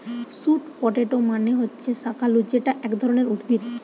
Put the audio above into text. sweet potato মানে হচ্ছে শাকালু যেটা এক ধরণের উদ্ভিদ